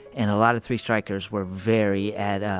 and a lot of three-strikers were very at, um,